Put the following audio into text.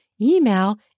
email